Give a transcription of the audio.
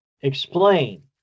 explain